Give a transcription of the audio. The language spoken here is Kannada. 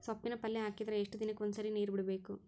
ಸೊಪ್ಪಿನ ಪಲ್ಯ ಹಾಕಿದರ ಎಷ್ಟು ದಿನಕ್ಕ ಒಂದ್ಸರಿ ನೀರು ಬಿಡಬೇಕು?